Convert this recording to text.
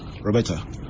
Roberta